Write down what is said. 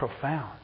profound